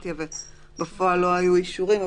בירוקרטיה ובפועל לא היו אישורים,